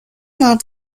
not